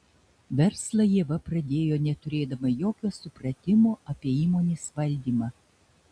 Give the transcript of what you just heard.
verslą ieva pradėjo neturėdama jokio supratimo apie įmonės valdymą